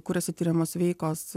kuriose tiriamos veikos